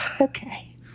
Okay